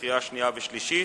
קריאה שנייה ושלישית.